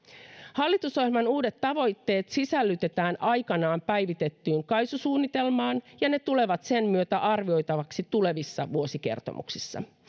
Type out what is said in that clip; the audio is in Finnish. hallitusohjelman uudet tavoitteet sisällytetään aikanaan päivitettyyn kaisu suunnitelmaan ja ne tulevat sen myötä arvioitaviksi tulevissa vuosikertomuksissa